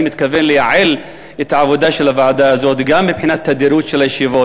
אני מתכוון לייעול העבודה של הוועדה הזאת גם מבחינת תדירות הישיבות,